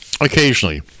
occasionally